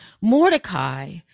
Mordecai